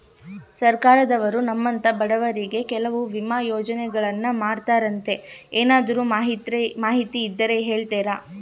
ಸರ್ಕಾರದವರು ನಮ್ಮಂಥ ಬಡವರಿಗಾಗಿ ಕೆಲವು ವಿಮಾ ಯೋಜನೆಗಳನ್ನ ಮಾಡ್ತಾರಂತೆ ಏನಾದರೂ ಮಾಹಿತಿ ಇದ್ದರೆ ಹೇಳ್ತೇರಾ?